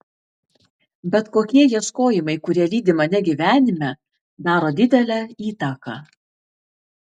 bet kokie ieškojimai kurie lydi mane gyvenime daro didelę įtaką